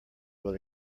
will